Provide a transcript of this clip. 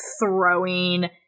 throwing